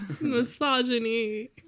Misogyny